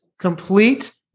complete